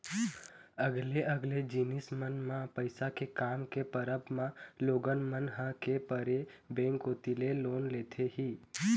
अलगे अलगे जिनिस मन म पइसा के काम के परब म लोगन मन ह के परे बेंक कोती ले लोन लेथे ही